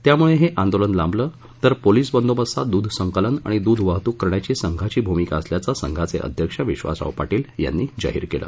त्यामळे हे आंदोलन लांबलं तर पोलीस बंदोबस्तात दूध संकलन आणि दूध वाहतूक करण्याची संघाची भूमिका असल्याचं संघाचे अध्यक्ष विधासराव पाटील यांनी जाहीर केलं